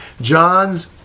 John's